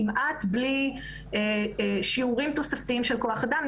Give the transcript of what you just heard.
כמעט בלי שיעורים תוספתיים של כוח אדם.